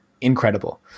incredible